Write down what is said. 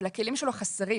אבל הכלים שלו חסרים.